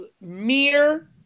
mere –